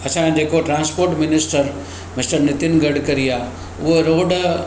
असांजो जेको transport minister mister Nitin Gadkari आहे उहो रोड